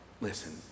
listen